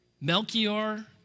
Melchior